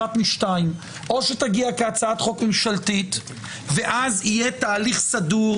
אחת משתיים או שתגיע כהצעת חוק ממשלתית ואז יהיה תהליך סדור,